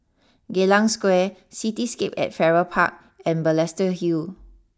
Geylang Square Cityscape at Farrer Park and Balestier Hill